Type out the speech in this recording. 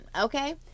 okay